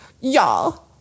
y'all